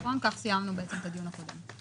כך סיימנו את הדיון הקודם.